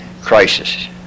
crisis